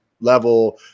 level